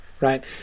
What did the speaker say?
Right